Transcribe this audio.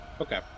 Okay